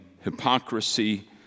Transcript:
hypocrisy